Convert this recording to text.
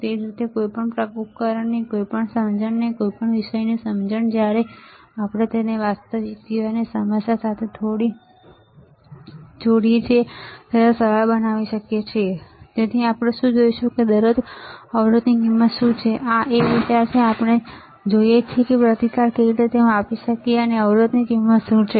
તે જ રીતે કોઈપણ ઉપકરણની કોઈપણ સમજણને કોઈપણ વિષયની સમજણ જ્યારે આપણે તેને વાસ્તવિક જીવનની સમસ્યા સાથે જોડીએ ત્યારે સરળ બનાવી શકીએ છીએ તેથી આપણે જોઈશું કે દરેક અવરોધની કિંમત શું છે આ એ વિચાર છે કે આપણે જોઈએ છીએ કે આપણે પ્રતિકાર કેવી રીતે માપી શકીએ અને આ અવરોધની કિંમત શું છે